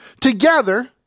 together